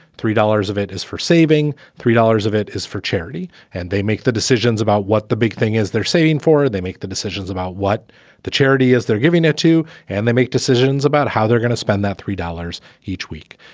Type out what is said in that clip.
three dollars of it is for saving, three dollars of it is for charity. and they make the decisions about what the big thing is they're saving for. they make the decisions about what the charity is they're giving it to and they make decisions about how they're gonna spend that three dollars each week.